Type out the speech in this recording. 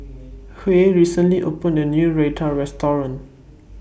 Huy recently opened A New Raita Restaurant